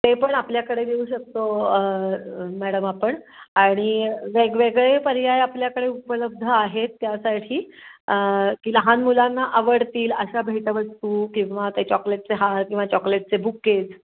ते पण आपल्याकडे देऊ शकतो मॅडम आपण आणि वेगवेगळे पर्याय आपल्याकडे उपलब्ध आहेत त्यासाठी की लहान मुलांना आवडतील अशा भेटवस्तू किंवा ते चॉकलेटचे हार किंवा चॉकलेटचे बुकेज